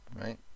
right